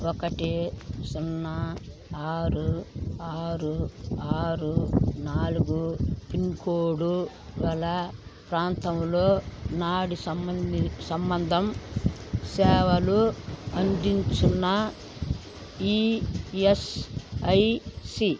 ఒకటి సున్నా ఆరు ఆరు ఆరు నాలుగు పిన్కోడ్ కళా ప్రాంతంలో నాడి సంబ సంబంధం సేవలు అందించిన ఇఎస్ఐసి